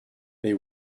they